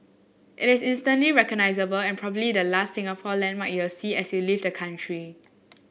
it is instantly recognisable and probably the last Singapore landmark you'll see as you leave the country